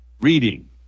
reading